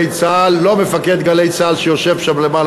צה"ל" לא מפקד "גלי צה"ל" שיושב שם למעלה,